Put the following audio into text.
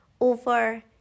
over